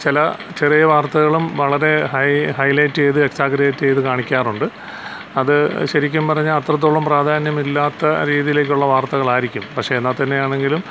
ചില ചെറിയ വാർത്തകളും വളരെ ഹൈ ഹൈലൈയ്റ്റ് ചെയ്ത് എക്സാജറേറ്റ് ചെയ്ത് കാണിക്കാറുണ്ട് അത് ശരിക്കും പറഞ്ഞാൽ അത്രത്തോളം പ്രാധാന്യം ഇല്ലാത്ത രീതിയിലുള്ള വാർത്തകൾ ആയിരിക്കും പക്ഷേ എന്നാൽ തന്നെയാണെങ്കിലും